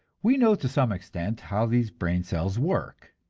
we know to some extent how these brain cells work.